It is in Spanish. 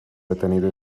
detenido